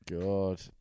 God